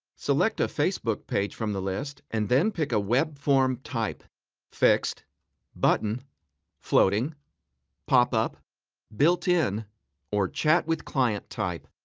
select a facebook page from the list and then pick a web-form type fixed button floating pop-up built-in or chat-with-client type.